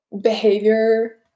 behavior